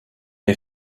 est